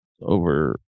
over